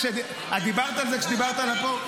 דיברת על זה כשדיברת על החוק?